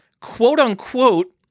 Quote-unquote